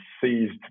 seized